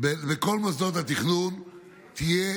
בכל מוסדות התכנון תהיה